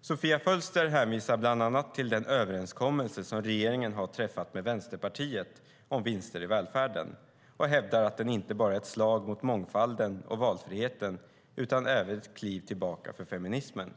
Sofia Fölster hänvisar bland annat till den överenskommelse som regeringen har träffat med Vänsterpartiet om vinster i välfärden och hävdar att den inte bara är ett slag mot mångfalden och valfriheten utan även ett kliv tillbaka för feminismen.